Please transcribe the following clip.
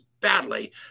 badly